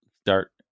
start